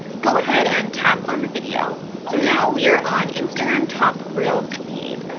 go ahead and tap on the video. so now we are on instagram top reels feed.